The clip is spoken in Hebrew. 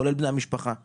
כולל בני המשפחה לעיתים.